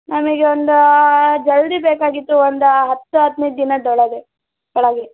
ನಮಗೆ ಒಂದು ಜಲ್ದಿ ಬೇಕಾಗಿತ್ತು ಒಂದು ಹತ್ತು ಹದಿನೈದು ದಿನದ ಒಳಗೆ ಒಳಗೆ